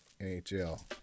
NHL